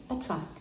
attract